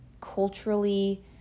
culturally